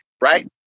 Right